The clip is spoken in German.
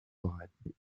bereiten